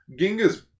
ginga's